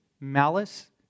malice